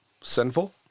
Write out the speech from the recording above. sinful